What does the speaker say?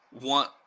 want